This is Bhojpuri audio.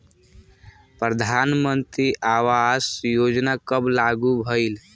प्रधानमंत्री आवास योजना कब लागू भइल?